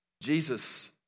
Jesus